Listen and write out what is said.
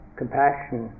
compassion